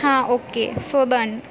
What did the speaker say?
હા okay so done